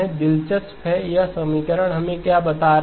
दिलचस्प है कि यह समीकरण हमें क्या बता रहा है